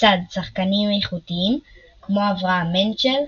לצד שחקנים איכותיים כמו אברהם מנצ'ל,